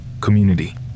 Community